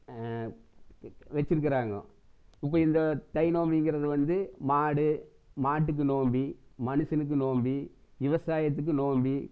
வச்சுருக்குறாங்க இப்போ இந்த தை நோம்புங்கிறது வந்து மாடு மாட்டுக்கு நோம்பு மனுஷனுக்கு நோம்பு விவசாயத்துக்கு நோம்பு